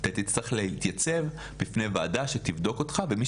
אתה תצטרך להתייצב בפני ועדה שתבדוק אותך" ומי